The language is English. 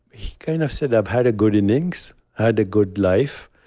he kind of said, i've had a good innings, i had a good life,